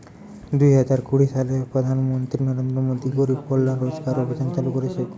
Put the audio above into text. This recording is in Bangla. দুই হাজার কুড়ি সালে প্রধান মন্ত্রী নরেন্দ্র মোদী গরিব কল্যাণ রোজগার অভিযান চালু করিছে